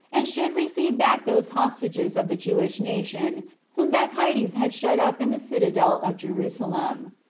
and should receive back those hostages of the jewish nation whom baechides had shut up in the citadel of jerusalem.